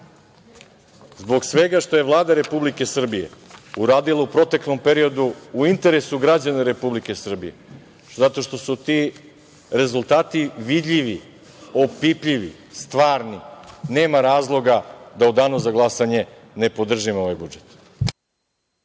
sveta što je Vlada Republike Srbije uradila u proteklom periodu u interesu građana Republike Srbije, zato što su ti rezultati vidljivi, opipljivi, stvarni, nema razloga da u danu za glasanje ne podržimo ovaj budžet.